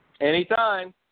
Anytime